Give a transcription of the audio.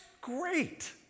great